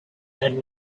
had